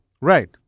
right